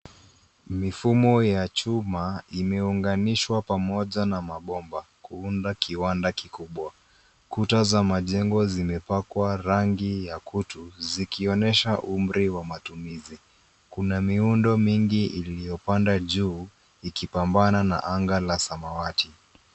Mifumo ya chuma imeunganishwa pamoja na mabomba kuunda kiwanda kikubwa. Kuta za majengo zimepakwa rangi ya kutu zikionyesha umri wa matumizi. Kuna miundo mingi iliyopanda juu ikipambana na anga la samawati.